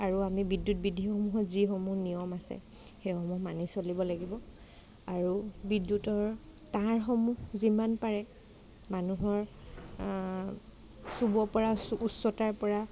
আৰু আমি বিদ্যুৎ বিধিসমূহো যিসমূহ নিয়ম আছে সেইসমূহ মানি চলিব লাগিব আৰু বিদ্যুতৰ তাঁৰসমূহ যিমান পাৰে মানুহৰ চুব পৰা উচ্চতাৰ পৰা